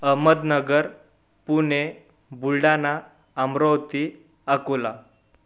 Ahmednagar Pune Buldhana Amravati Akola